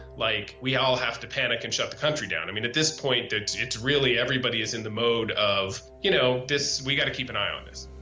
like, we all have to panic and shut country down. i mean, at this point, it's it's really, everybody is in the mode of, you know, this. we gotta keep an eye on this.